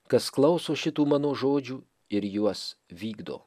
kas klauso šitų mano žodžių ir juos vykdo